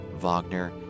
Wagner